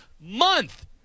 month